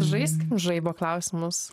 žaisti žaibo klausimus